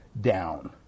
down